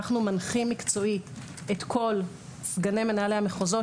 אנחנו מנחים מקצועית את כל סגני מנהלי המחוזות,